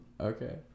okay